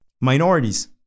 minorities